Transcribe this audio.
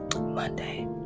Monday